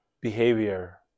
behavior